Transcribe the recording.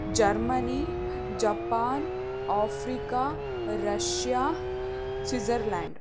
Germany Japan Africa Russia Switzerland